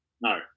No